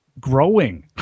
growing